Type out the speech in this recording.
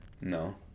No